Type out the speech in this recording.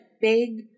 big